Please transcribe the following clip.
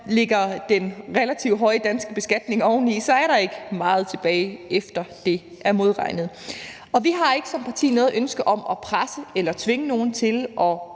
lægger den relativt høje danske beskatning oveni, er der ikke meget tilbage, efter det er modregnet. Vi har ikke som parti noget ønske om at presse eller tvinge nogen til at